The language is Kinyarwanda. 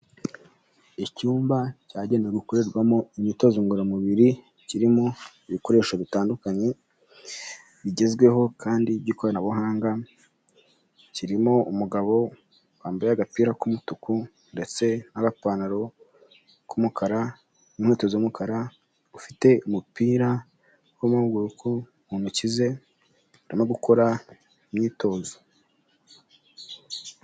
Icyumba cyagenewe gukorerwamo imyitozo ngororamubiri, kirimo ibikoresho bitandukanye bigezweho kandi by'ikoranabuhanga, kirimo umugabo wambaye agapira k'umutuku ndetse n'agapantaro k'umukara n'inkweto z'umukara, ufite umupira w'amaboko mu ntoki ze, arimo gukora imyitozo.